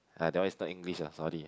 ah that one is not English ah sorry